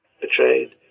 Betrayed